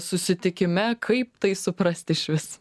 susitikime kaip tai suprast išvis